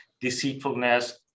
deceitfulness